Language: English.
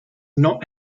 not